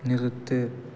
நிறுத்து